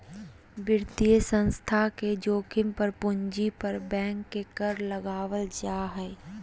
वित्तीय संस्थान के जोखिम पर पूंजी पर बैंक के कर लगावल जा हय